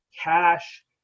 cash